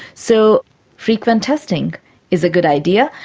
so frequent testing is a good idea,